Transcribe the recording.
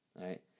right